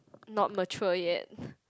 not mature yet